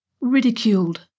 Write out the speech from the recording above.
ridiculed